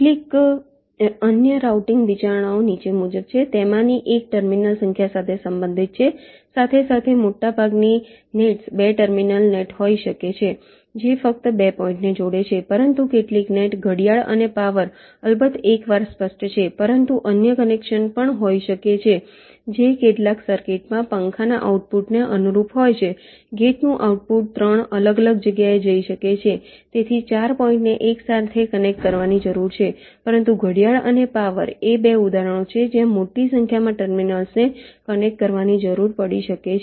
કેટલીક અન્ય રાઉટીંગ વિચારણાઓ નીચે મુજબ છે તેમાની એક ટર્મિનલની સંખ્યા સાથે સંબંધિત છે સાથે સાથે મોટાભાગની નેટ્સ 2 ટર્મિનલ નેટ હોઈ શકે છે જે ફક્ત 2 પોઈન્ટને જોડે છે પરંતુ કેટલીક નેટ ઘડિયાળ અને પાવર અલબત્ત એક વાર સ્પષ્ટ છે પરંતુ અન્ય કનેક્શન્સ પણ હોઈ શકે છે જે કેટલાક સર્કિટમાં પંખાના આઉટપુટને અનુરૂપ હોય છે ગેટનું આઉટપુટ 3 અલગ અલગ જગ્યાએ જઈ શકે છે તેથી 4 પોઈન્ટને એકસાથે કનેક્ટ કરવાની જરૂર છે પરંતુ ઘડિયાળ અને પાવર એ 2 ઉદાહરણો છે જ્યાં મોટી સંખ્યામાં ટર્મિનલ્સને કનેક્ટ કરવાની જરૂર પડી શકે છે